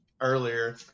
earlier